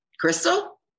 Crystal